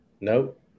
Nope